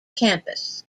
campus